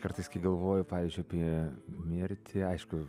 kartais kai galvoju pavyzdžiui apie mirtį aišku